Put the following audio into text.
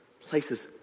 places